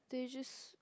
that you just